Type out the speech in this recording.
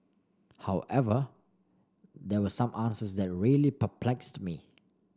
however there were some answers that really perplexed me